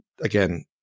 again